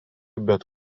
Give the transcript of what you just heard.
bet